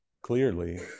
clearly